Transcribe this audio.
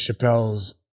Chappelle's